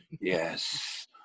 yes